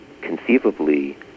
conceivably